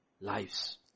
lives